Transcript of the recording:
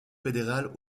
fédérale